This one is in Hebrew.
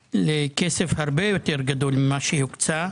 לכסף הרבה יותר גדול ממה שהוקצה,